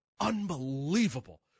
unbelievable